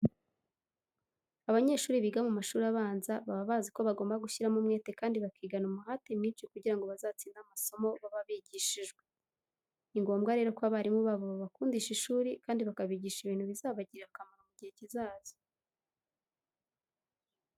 Abanyeshuri biga mu mashuri abanza baba bazi ko bagomba gushyiramo umwete kandi bakigana umuhate mwinshi kugira ngo bazatsinde amasomo baba bigishijwe. Ni ngombwa rero ko abarimu babo babakundisha ishuri kandi bakabigisha ibintu bizabagirira akamaro mu gihe kizaza.